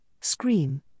scream